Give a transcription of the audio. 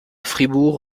fribourg